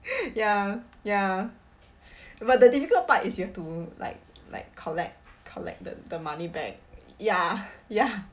ya ya but the difficult part is you have to like like collect collect the the money back ya ya